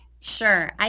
sure